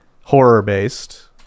horror-based